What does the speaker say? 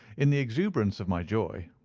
in the exuberance of my joy,